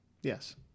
Yes